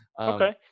Okay